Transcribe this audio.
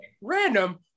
random